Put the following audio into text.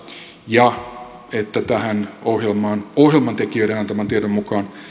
ja että tähän ohjelmaan ohjelman tekijöiden antaman tiedon mukaan